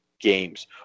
games